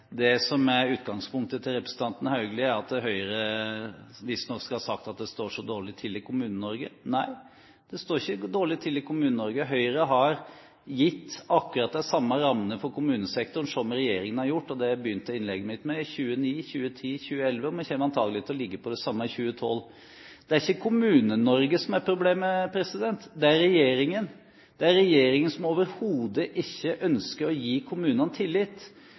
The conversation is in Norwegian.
det som er utgangspunktet til representanten Haugli, er at Høyre visstnok skal ha sagt at det står så dårlig til i Kommune-Norge. Nei, det står ikke dårlig til i Kommune-Norge. Høyre har gitt akkurat de samme rammene for kommunesektoren som regjeringen har gjort – som jeg begynte innlegget mitt med – i 2009, 2010, 2011, og vi kommer antagelig til å ligge på det samme i 2012. Det er ikke Kommune-Norge som er problemet, det er regjeringen. Det er regjeringen, som overhodet ikke ønsker å gi kommunene tillit,